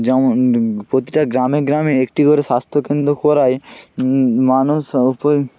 যেমন প্রতিটা গ্রামে গ্রামে একটি করে স্বাস্থ্যকেন্দ্র করায় মানুষ সবাই